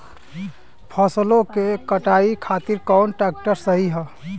फसलों के कटाई खातिर कौन ट्रैक्टर सही ह?